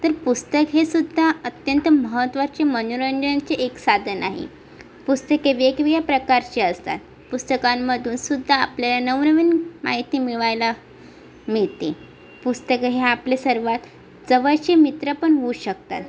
तर पुस्तक हे सुद्धा अत्यंत महत्त्वाचे मनोरंजनाचे एक साधन आहे पुस्तके वेगवेगळ्या प्रकारचे असतात पुस्तकांमधून सुद्धा आपल्याला नवनवीन माहिती मिळवायला मिळते पुस्तकं हे आपले सर्वात जवळचे मित्र पण होऊ शकतात